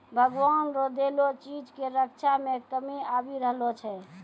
भगवान रो देलो चीज के रक्षा मे कमी आबी रहलो छै